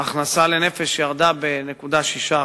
ההכנסה לנפש ירדה ב-0.6%,